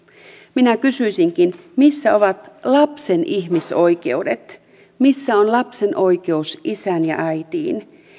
minä kysyisinkin missä ovat lapsen ihmisoikeudet missä on lapsen oikeus isään ja äitiin